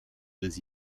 deux